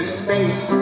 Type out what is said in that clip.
space